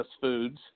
foods